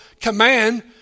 command